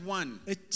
one